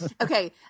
okay